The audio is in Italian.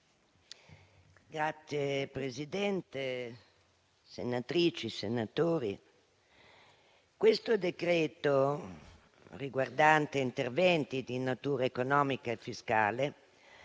Signora Presidente, senatrici e senatori, questo decreto-legge, riguardante interventi di natura economica e fiscale,